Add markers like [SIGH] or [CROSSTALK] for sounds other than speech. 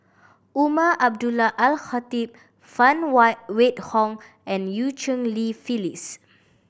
Umar Abdullah Al Khatib Phan [UNINTELLIGIBLE] Wait Hong and Eu Cheng Li Phyllis